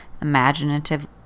imaginative